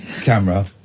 camera